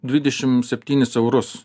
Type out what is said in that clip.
dvidešim septynis eurus